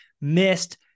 missed